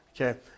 Okay